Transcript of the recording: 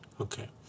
Okay